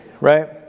right